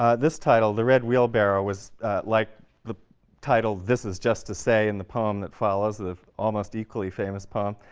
ah this title, the red wheelbarrow, was like the title this is just to say in the poem that follows, the almost equally famous poem.